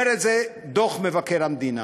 אומר את זה דוח מבקר המדינה,